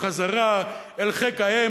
בחזרה אל חיק האם.